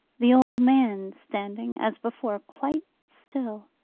the old man standing, as before, quite still.